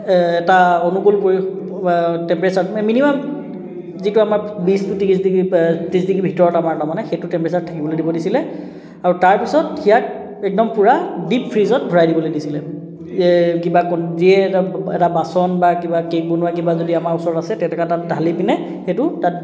এটা অনুকূল পৰি টেম্পাৰেচাৰত মিনিমান যিটো আমাক বিছ ত্ৰিছ ডিগ্ৰী ত্ৰিছ ডিগ্ৰী ভিতৰত আমাৰ তাৰমানে সেইটো টেম্পাৰেচাৰত থাকিবলৈ দিব দিছিলে আৰু তাৰ পিছত ইয়াক একদম পূৰা দীপ ফ্ৰীজত ভৰাই দিবলৈ দিছিলে কিবা যিয়ে এটা বাচন বা কিবা কে'ক বনোৱা কিবা যদি আমাৰ ওচৰত আছে তেনেকুৱা এটাত ঢালি পিনে সেইটো তাত